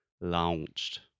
launched